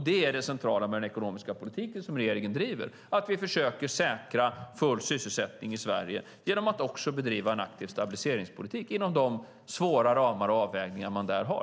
Det centrala med den ekonomiska politik som regeringen driver är att vi försöker säkra full sysselsättning i Sverige genom att också bedriva en aktiv stabiliseringspolitik inom de svåra ramar och avvägningar som man där har.